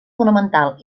fonamental